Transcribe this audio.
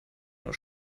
nur